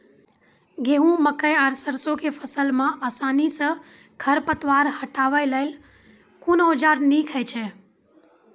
गेहूँ, मकई आर सरसो के फसल मे आसानी सॅ खर पतवार हटावै लेल कून औजार नीक है छै?